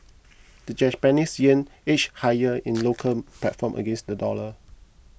the Japanese yen edged higher in the local platform against the dollar